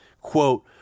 Quote